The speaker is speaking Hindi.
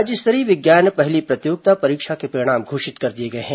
राज्य स्तरीय विज्ञान पहेली प्रतियोगिता परीक्षा के परिणाम घोषित कर दिए गए हैं